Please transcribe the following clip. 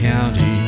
County